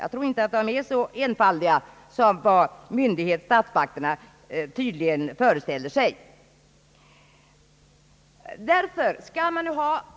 De kanske inte är så enfaldiga som statsmakterna tydligen föreställer sig.